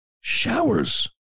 showers